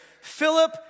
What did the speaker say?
Philip